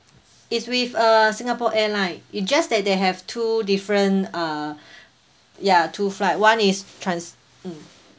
it's with uh singapore airlines it just that they have two different uh ya two flight one is trans~ mm